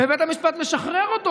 ובית המשפט משחרר אותו,